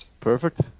perfect